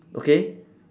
okay